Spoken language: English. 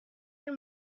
and